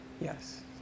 Yes